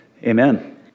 Amen